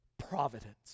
providence